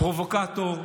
פרובוקטור,